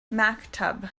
maktub